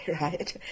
right